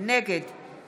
נגד